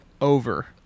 over